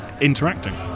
interacting